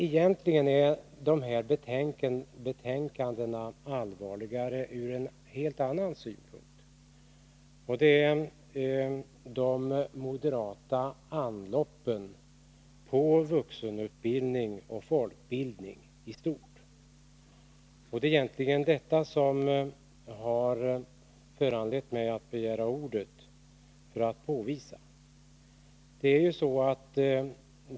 Egentligen är dessa betänkanden allvarliga från en helt annan synpunkt, nämligen de moderata anloppen på vuxenutbildning och folkbildning i stort. Det är egentligen för att påvisa detta som jag har begärt ordet.